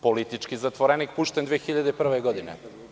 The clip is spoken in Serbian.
Politički zatvorenik pušten 2001. godine.